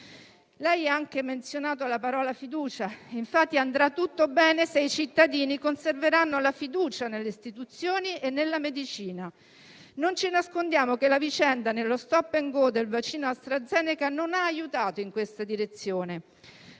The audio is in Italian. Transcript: Lei ha anche menzionato la parola "fiducia"; infatti andrà tutto bene se i cittadini conserveranno la fiducia nelle istituzioni e nella medicina. Non ci nascondiamo che la vicenda dello "*stop&go*" del vaccino AstraZeneca non ha aiutato in questa direzione.